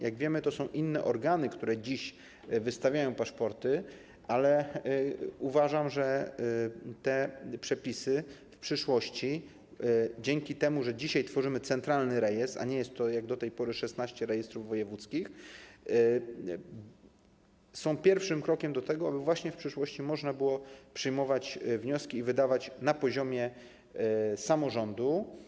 Jak wiemy, to są inne organy, które dziś wystawiają paszporty, ale uważam, że te przepisy dzięki temu, że dzisiaj tworzymy centralny rejestr - a nie jest to, jak do tej porty, 16 rejestrów wojewódzkich - są pierwszym krokiem do tego, aby w przyszłości można było przyjmować wnioski i wydawać paszporty na poziomie samorządu.